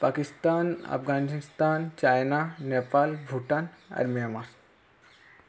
Pakistan Afghanistan China Nepal Bhutan ଆର୍ Myanmar